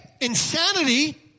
insanity